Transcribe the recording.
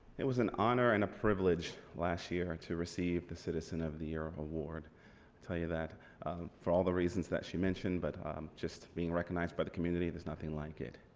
it was an honor and a privilege last year to receive the citizen of the year award. i tell you that for all the reasons that she mentioned but just being recognized by the community. there's nothing like it